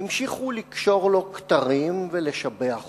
המשיכו לקשור לו כתרים ולשבח אותו.